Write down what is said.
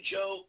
Joe